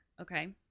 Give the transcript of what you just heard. okay